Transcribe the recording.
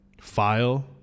file